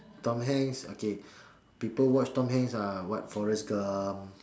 Tom-Hanks okay people watch Tom-Hanks uh what Forrest-Gump